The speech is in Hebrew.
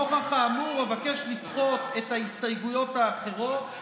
נוכח האמור אבקש לדחות את ההסתייגויות האחרות,